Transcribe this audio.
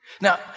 Now